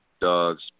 Dogs